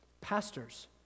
Pastors